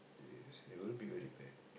is it will be very bad